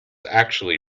actually